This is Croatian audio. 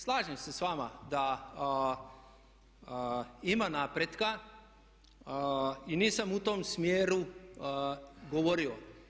Slažem se s vama da ima napretka i nisam u tom smjeru govorio.